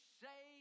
say